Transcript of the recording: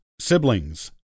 Siblings